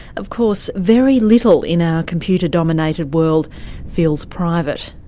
of course very little in our computer dominated world feels private,